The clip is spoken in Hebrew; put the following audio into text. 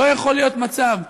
לא יכול להיות מצב שלחם,